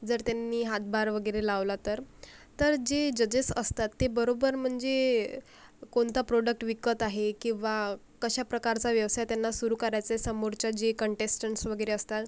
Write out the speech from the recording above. जर त्यांनी हातभार वगैरे लावला तर तर जे जजेस असतात ते बरोबर म्हणजे कोणता प्रॉडक्ट विकत आहे किंवा कशा प्रकारचा व्यवसाय त्यांना सुरू करायचाय समोरचा जे कॉन्टेस्टंट्स वगैरे असतात